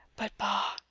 but bah!